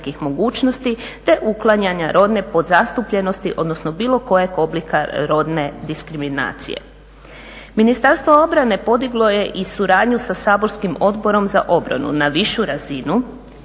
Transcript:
te uklanjanja rodne podzastupljenosti odnosno bilo kojeg oblika rodne diskriminacije. Ministarstvo obrane podiglo je i suradnju sa saborskim Odborom za obrnu na višu razinu